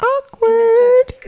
Awkward